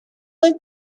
live